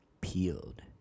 peeled